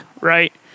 right